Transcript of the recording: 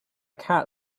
cat